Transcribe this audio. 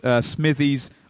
Smithies